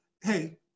Hey